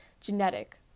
genetic